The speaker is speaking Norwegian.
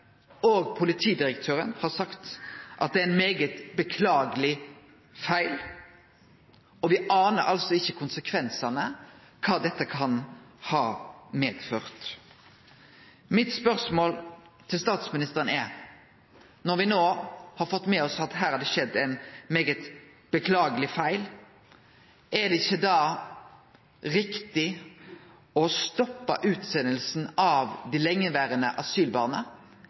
og politidirektøren har sagt at det er ein svært beklageleg feil, og me anar altså ikkje konsekvensane og kva dette kan ha medført. Mitt spørsmål til statsministeren er: Når me no har fått med oss at det her har skjedd ein svært beklageleg feil, er det ikkje då riktig å stoppe utsendinga av dei lengeverande asylbarna